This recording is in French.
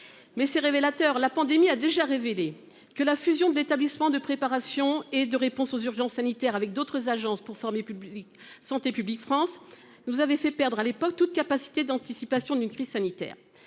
Mais c'est révélateur. La pandémie a déjà révélé que la fusion de l'Établissement de préparation et de réponse aux urgences sanitaires avec d'autres agences pour former public Santé publique France. Nous vous avez fait perdre à l'époque toute capacité d'anticipation d'une crise sanitaire.